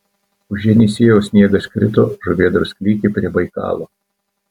už jenisiejaus sniegas krito žuvėdros klykė prie baikalo